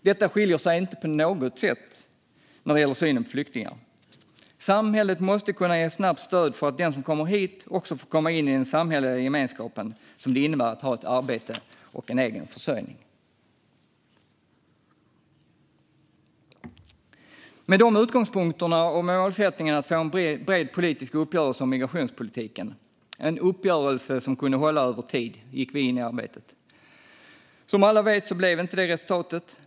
Detta skiljer sig inte på något sätt när det gäller synen på flyktingar. Samhället måste kunna ge snabbt stöd för att den som kommer hit också ska få komma in i den samhälleliga gemenskap som det innebär att ha ett arbete och en egen försörjning. Med de utgångspunkterna och med målsättningen att få en bred politisk uppgörelse om migrationspolitiken, en uppgörelse som kunde hålla över tid, gick vi in i arbetet. Som alla vet blev inte det resultatet.